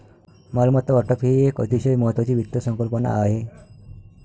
मालमत्ता वाटप ही एक अतिशय महत्वाची वित्त संकल्पना आहे